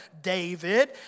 David